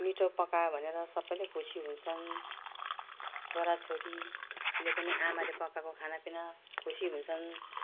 मिठो पकायो भनेर सबैले खुसी हुन्छन् छोराछोरीले पनि आमाले पकाए को खानापिना खुसी हुन्छन्